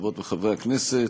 חברות וחברי הכנסת,